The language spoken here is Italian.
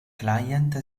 client